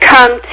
come